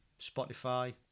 Spotify